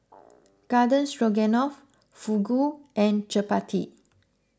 Garden Stroganoff Fugu and Chapati